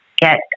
get